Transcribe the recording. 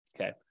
Okay